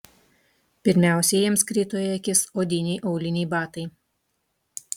pirmiausia jiems krito į akis odiniai auliniai batai